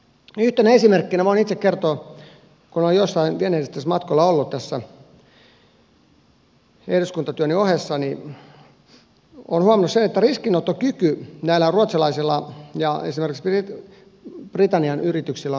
yhtenä esimerkkinä voin itse kertoa kun olen joillain vienninedistämismatkoilla ollut tässä eduskuntatyöni ohessa että olen huomannut sen että riskinottokyky näillä ruotsalaisilla ja esimerkiksi britannian yrityksillä on toisenlainen